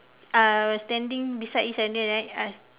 uh standing beside each other right